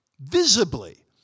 visibly